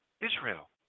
Israel